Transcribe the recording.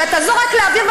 אבל אתה זורק לאוויר,